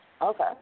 Okay